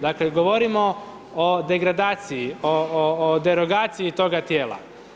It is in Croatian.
Dakle govorimo o degradaciji, o derogaciji toga tijela.